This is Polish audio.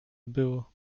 było